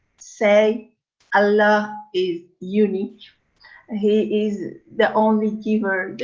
say allah is unique ah he is the only giver.